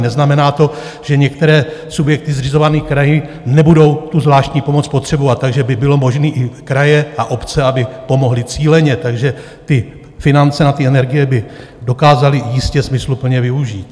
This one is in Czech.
Neznamená to, že některé subjekty zřizované kraji nebudou tu zvláštní pomoc potřebovat, takže by bylo možné i kraje a obce, aby pomohly cíleně, takže ty finance na energie by dokázaly jistě smysluplně využít.